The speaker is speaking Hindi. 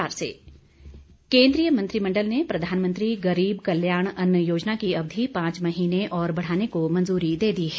केन्द्रीय मंत्रिमंडल केन्द्रीय मंत्रिमंडल ने प्रधानमंत्री गरीब कल्याण अन्न योजना की अवधि पांच महीने और बढ़ाने को मंजूरी दे दी है